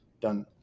done